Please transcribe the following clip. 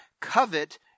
covet